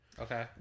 Okay